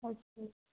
ਅੱਛਾ